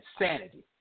insanity